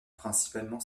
principalement